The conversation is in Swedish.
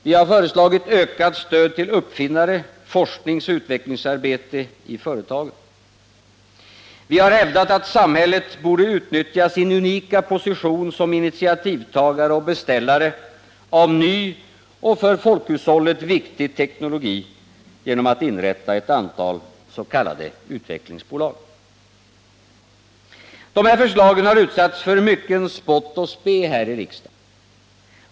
Vi har föreslagit ökat stöd till uppfinnare och forskningsoch utvecklingsarbete i företagen. Vi har hävdat att samhället borde utnyttja sin unika position som initiativtagare och beställare av ny och för folkhushållet viktig teknologi genom att inrätta ett antal s.k. utvecklingsbolag. De här förslagen har utsatts för mycken spott och spe här i riksdagen.